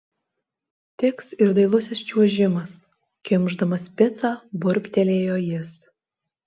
tiks ir dailusis čiuožimas kimšdamas picą burbtelėjo jis